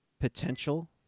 potential